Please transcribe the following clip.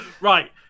Right